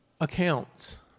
accounts